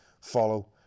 follow